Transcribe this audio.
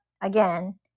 again